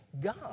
God